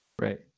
Right